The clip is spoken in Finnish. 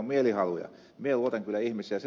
minä luotan kyllä ihmiseen